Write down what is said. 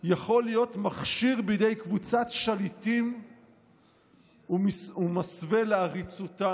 יכול להיות מכשיר בידי קבוצת שליטים ומסווה לעריצותם.